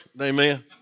amen